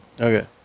Okay